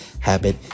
habit